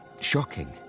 shocking